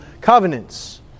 covenants